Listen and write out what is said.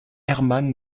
hermann